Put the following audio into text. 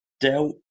dealt